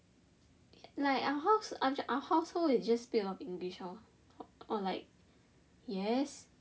like our house our household is just speak a lot of english lor or like yes